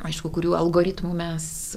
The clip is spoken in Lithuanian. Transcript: aišku kurių algoritmų mes